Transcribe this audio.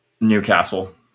Newcastle